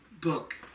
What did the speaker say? book